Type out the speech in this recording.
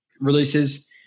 releases